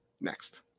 Next